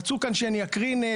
רצו כאן שאני אקרין,